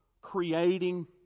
creating